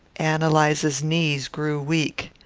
ann eliza's knees grew weak.